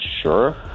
Sure